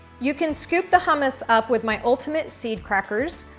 you can scoop the hummus up with my ultimate seed crackers.